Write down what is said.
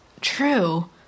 True